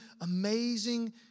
amazing